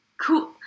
cool